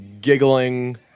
giggling